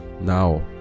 now